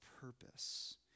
purpose